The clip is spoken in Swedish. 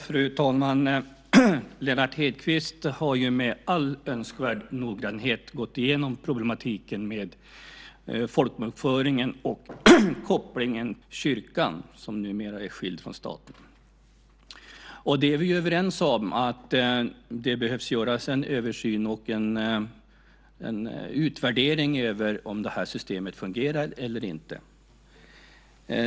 Fru talman! Lennart Hedquist har med all önskvärd noggrannhet gått igenom problematiken med folkbokföringen och kopplingen till kyrkan som numera är skild från staten. Vi är överens om att det behöver göras en översyn och en utvärdering av om det här systemet fungerar eller inte.